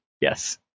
Yes